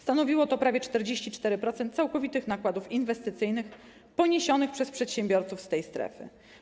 Stanowiło to prawie 44% całkowitych nakładów inwestycyjnych poniesionych przez przedsiębiorców z tej strefy.